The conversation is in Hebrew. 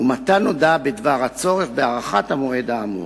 ומתן הודעה בדבר צורך בהארכת המועד האמור.